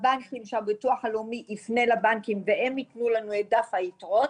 שהביטוח הלאומי יפנה לבנקים והם יתנו לנו את דף היתרות.